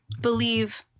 believe